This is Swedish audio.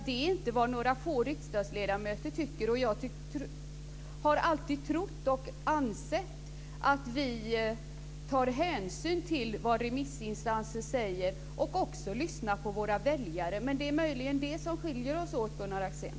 Det är inte fråga om vad några få riksdagsledamöter tycker. Jag har alltid trott och ansett att vi tar hänsyn till vad remissinstanser säger och också lyssnar på våra väljare. Det är möjligen det som skiljer oss åt, Gunnar Axén.